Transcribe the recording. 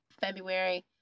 February